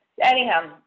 anyhow